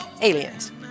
aliens